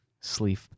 sleep